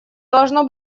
должно